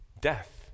death